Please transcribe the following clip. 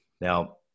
Now